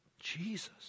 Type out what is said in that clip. Jesus